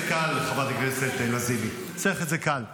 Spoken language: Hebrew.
לך יש כוח להחזיר, לי אין כוח להחזיר אותם.